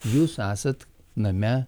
jūs esat name